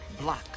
block